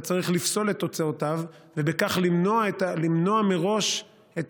וצריך לפסול את תוצאותיו ובכך למנוע מראש את